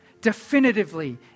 Definitively